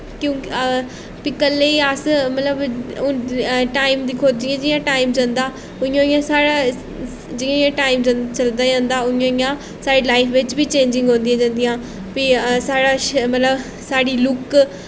क्योंकि फ्ही कल्लै गी अस मतलब हून टाईम दिक्खो जियां जियां टाईम जंदा इ'यां इ'यां साढ़ा जियां जियां टाईम चलदा जंदा उ'आं उ'आं साढ़ी लाईफ बिच्च बी चेंजिग औंदियां जंदियां फ्ही साढ़ा मतलब साढ़ी लुक्क